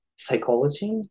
psychology